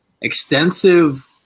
extensive